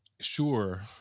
sure